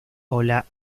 hola